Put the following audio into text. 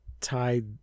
tied